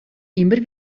immer